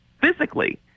physically